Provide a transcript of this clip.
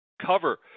cover